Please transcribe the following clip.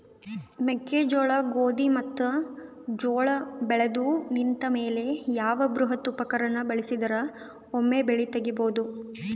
ಮೆಕ್ಕೆಜೋಳ, ಗೋಧಿ ಮತ್ತು ಜೋಳ ಬೆಳೆದು ನಿಂತ ಮೇಲೆ ಯಾವ ಬೃಹತ್ ಉಪಕರಣ ಬಳಸಿದರ ವೊಮೆ ಬೆಳಿ ತಗಿಬಹುದು?